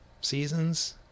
seasons